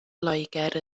loegr